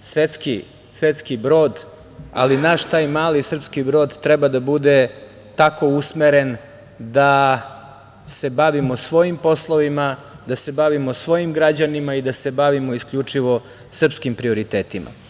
svetski brod, ali naš taj mali srpski brod treba da bude tako usmeren da se bavimo svojim poslovima, da se bavimo svojim građanima i da se bavimo isključivo srpskim prioritetima.